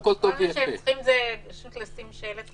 מה שהם צריכים זה פשוט לשים שלט.